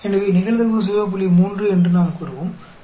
तो हम कहेंगे कि प्रोबेबिलिटी 03 है